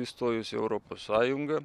įstojus į europos sąjungą